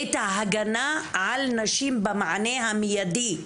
את ההגנה על נשים במענה המיידי,